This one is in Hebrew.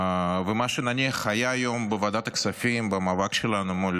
ומה שנניח היה היום בוועדת הכספים במאבק שלנו מול